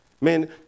Man